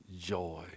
joy